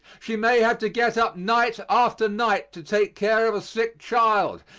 she may have to get up night after night to take care of a sick child,